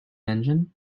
engine